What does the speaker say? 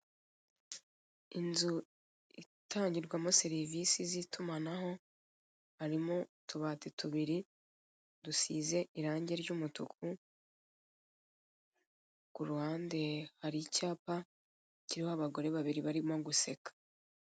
Inzu itangirwamo serise z'itumanaho harimo utubati tubiri dusize irange ry'umutuku, ku ruhande hari icyapa kiriho abagore babiri barimo guseka.